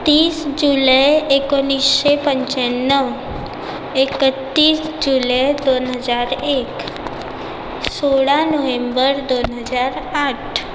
तीस जुलै एकोणिसशे पंच्याण्णव एकतीस जुलै दोन हजार एक सोळा नोव्हेंबर दोन हजार आठ